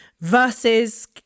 versus